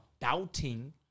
doubting